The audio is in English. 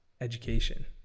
education